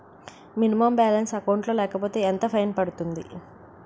Minimum balance account లో లేకపోతే ఎంత ఫైన్ పడుతుంది?